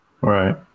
Right